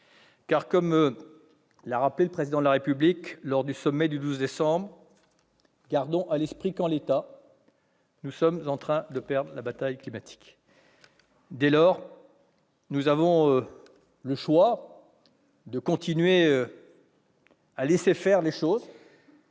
Comme l'a déclaré le Président de la République lors du sommet du 12 décembre, gardons à l'esprit que, en l'état, nous sommes en train de perdre la bataille climatique. Dès lors, nous avons le choix entre céder à une forme de